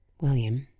william,